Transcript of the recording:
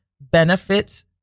benefits